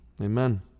Amen